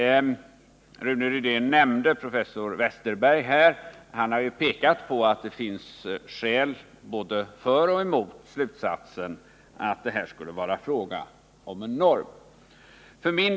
Rune Rydén nämnde professor Westerberg. Denne har emellertid pekat på att det finns skäl både för och emot slutsatsen att det här skulle vara fråga om en norm.